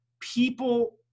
people